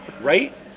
Right